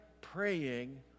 praying